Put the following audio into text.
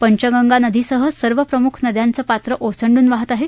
पंचगंगा नदी सह सर्व प्रमुख नद्याचं पात्र ओसंडून वाहत आहे